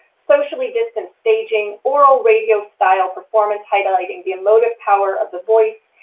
socially distant staging, oral radio style performance highlighting the emotive power of the voice,